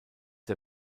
der